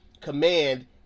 command